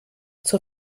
zur